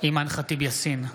אימאן ח'טיב יאסין,